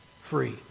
free